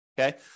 okay